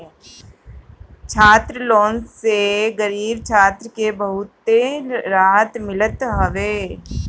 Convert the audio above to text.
छात्र लोन से गरीब छात्र के बहुते रहत मिलत हवे